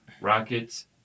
Rockets